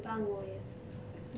lobang 我也是